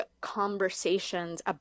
conversations